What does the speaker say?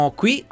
qui